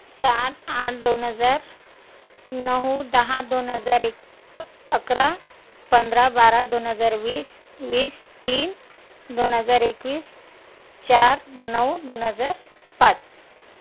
सात आठ दोन हजार नऊ दहा दोन हजार एक अकरा पंधरा बारा दोन हजार वीस वीस तीन दोन हजार एकवीस चार नऊ दोन हजार पाच